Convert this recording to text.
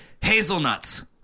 hazelnuts